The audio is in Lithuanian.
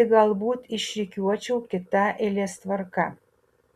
tik galbūt išrikiuočiau kita eilės tvarka